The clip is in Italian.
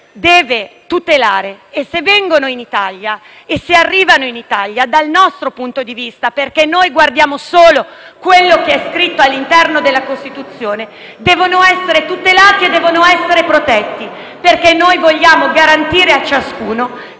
deve tutelare. E se queste persone arrivano in Italia, dal nostro punto di vista, perché noi guardiamo solo quello che è scritto all'interno della Costituzione, devono essere tutelate e protette, perché noi vogliamo garantire a ciascuno